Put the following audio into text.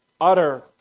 utter